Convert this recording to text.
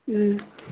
ꯎꯝ